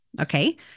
Okay